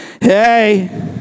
Hey